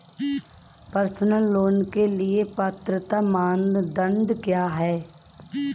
Personal loan के लिए पात्रता मानदंड क्या हैं?